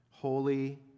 Holy